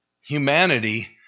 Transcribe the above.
humanity